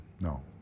No